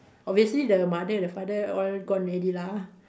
obviously the mother and the father all gone already lah